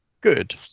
Good